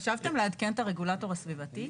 חשבתם לעדכן את הרגולטור הסביבתי?